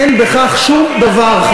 אין בכך שום דבר,